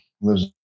lives